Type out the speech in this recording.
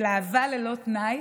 של אהבה ללא תנאי